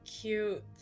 cute